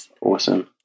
Awesome